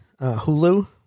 Hulu